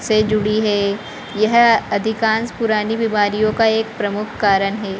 से जुड़ी है यह अधिकांश पुरानी बीमारियों का एक प्रमुख कारण है